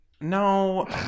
No